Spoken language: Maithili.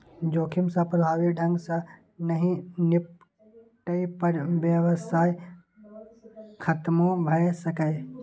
जोखिम सं प्रभावी ढंग सं नहि निपटै पर व्यवसाय खतमो भए सकैए